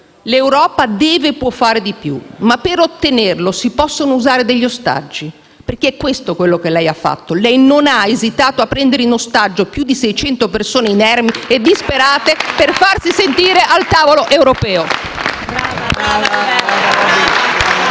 l'Europa deve e può fare di più, ma per ottenerlo si possono usare degli ostaggi? Perché questo è quello che lei ha fatto: lei non ha esitato a prendere in ostaggio più di 600 persone inermi e disperate, per farsi sentire al tavolo europeo.